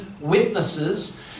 witnesses